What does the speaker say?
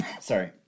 sorry